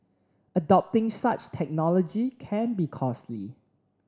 adopting such technology can be costly